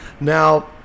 now